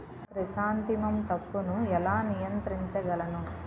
Chrysanthemum తప్పును ఎలా నియంత్రించగలను?